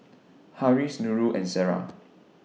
Harris Nurul and Sarah